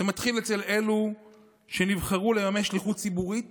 זה מתחיל אצל אלו שנבחרו לממש שליחות ציבורית